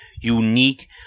unique